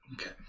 okay